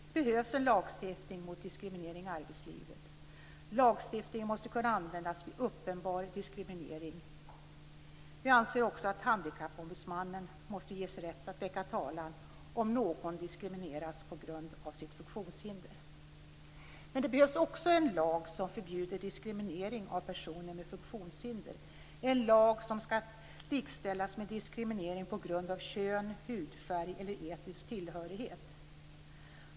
Det behövs en lagstiftning mot diskriminering i arbetslivet. Lagstiftningen måste kunna användas vid uppenbar diskriminering. Vi anser också att handikappombudsmannen måste ges rätt att väcka talan om någon diskrimineras på grund av sitt funktionshinder. Men det behövs också en lag som förbjuder diskriminering av personer med funktionshinder, en lag som skall likställas med lagen mot diskriminering på grund av kön, hudfärg eller etnisk tillhörighet.